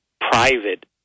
private